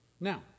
Now